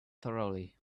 thoroughly